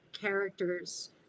characters